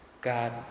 God